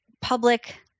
public